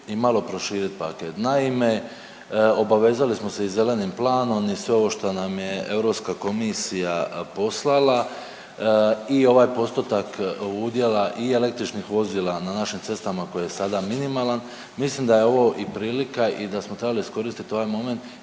i malo proširiti paket. Naime, obavezali smo se i Zelenim planom i sve ovo što nam je EU komisija poslala i ovaj postotak udjela i električnih vozila na našim cestama koji je sada minimalan, mislim da je ovo i prilika i da smo trebali iskoristiti ovaj moment